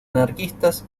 anarquistas